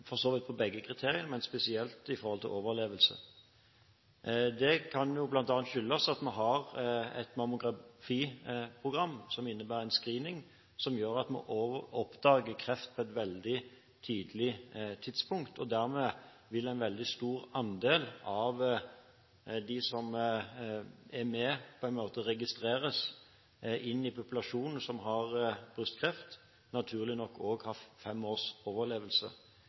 for så vidt når det gjelder begge kriteriene, men spesielt knyttet til overlevelse. Det kan bl.a. skyldes at vi har et mammografiprogram som innebærer en screening som gjør at man oppdager kreft på et veldig tidlig tidspunkt. Dermed vil en veldig stor andel av dem som er med, registreres inn i den delen av populasjonen som har brystkreft, og naturlig nok også ha fem års overlevelse,